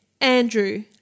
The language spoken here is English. Andrew